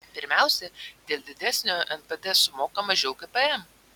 pirmiausia dėl didesnio npd sumokama mažiau gpm